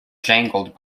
jangled